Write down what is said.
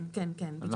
כן, בדיוק.